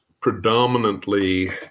predominantly